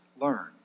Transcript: learn